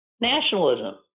nationalism